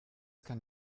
kann